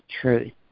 truth